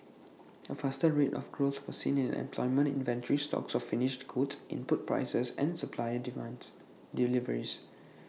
A faster rate of growth was seen in employment inventory stocks of finished goods input prices and supplier demands deliveries